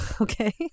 Okay